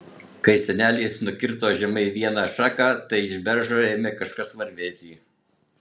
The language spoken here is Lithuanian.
kai senelis nukirto žemai vieną šaką tai iš beržo ėmė kažkas varvėti